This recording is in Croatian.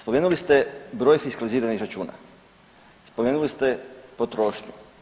Spomenuli ste broj fiskaliziranih računa, spomenuli ste potrošnju.